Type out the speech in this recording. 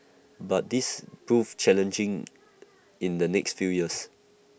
but this proved challenging in the next few years